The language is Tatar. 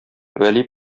вәли